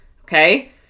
okay